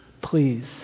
Please